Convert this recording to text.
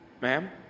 Ma'am